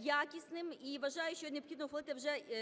якісним. І вважаю, що необхідно ухвалити вже сьогодні,